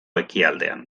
ekialdean